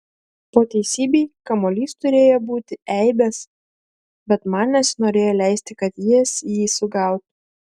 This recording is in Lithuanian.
po teisybei kamuolys turėjo būti eibės bet man nesinorėjo leisti kad jis jį sugautų